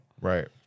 Right